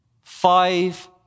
Five